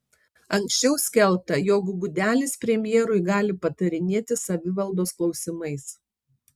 anksčiau skelbta jog gudelis premjerui gali patarinėti savivaldos klausimais